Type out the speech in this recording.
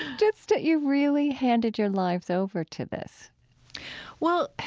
just that you really handed your lives over to this well,